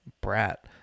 brat